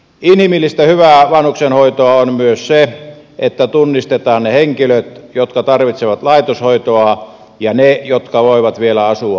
inhimillistä hyvää vanhustenhoitoa on myös se että tunnistetaan ne henkilöt jotka tarvitsevat laitoshoitoa ja ne jotka voivat vielä asua kotonaan